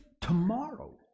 tomorrow